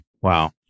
Wow